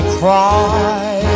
cry